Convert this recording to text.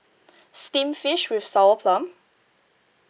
steamed fish with sour plum